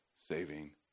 saving